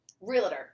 Realtor